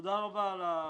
תודה רבה על ההזדמנות.